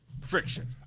Friction